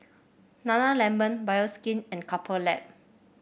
nana lemon Bioskin and Couple Lab